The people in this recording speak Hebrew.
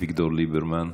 אביגדור ליברמן.